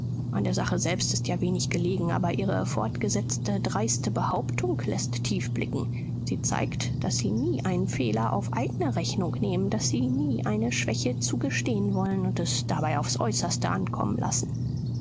an der sache selbst ist ja wenig gelegen aber ihre fortgesetzte dreiste behauptung läßt tief blicken sie zeigt daß sie nie einen fehler auf eigne rechnung nehmen daß sie nie eine schwäche zugestehen wollen und es dabei aufs äußerste ankommen lassen